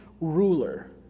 ruler